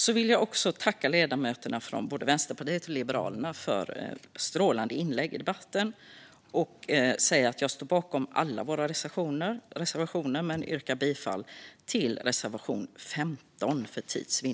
Jag vill tacka ledamöterna från både Vänsterpartiet och Liberalerna för strålande inlägg i debatten. Och jag vill säga att jag står bakom alla våra reservationer, men för tids vinning yrkar jag bifall bara till reservation 15.